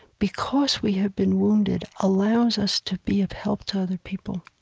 because we have been wounded allows us to be of help to other people.